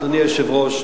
אדוני היושב-ראש,